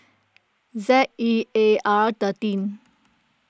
Z E A R thirteen